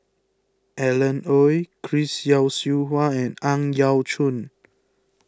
Alan Oei Chris Yeo Siew Hua and Ang Yau Choon